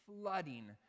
flooding